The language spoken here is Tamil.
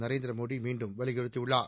நரேந்திரமோடி மீண்டும் வலியுறுத்தியுள்ளார்